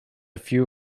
few